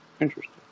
Interesting